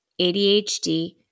ADHD